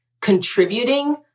contributing